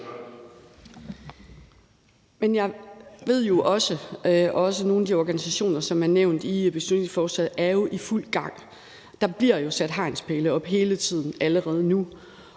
jeg ved jo også, at nogle af de organisationer, som er nævnt i beslutningsforslaget, er i fuld gang. Der bliver sat hegnspæle op hele tiden allerede nu,